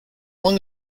long